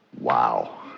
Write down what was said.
Wow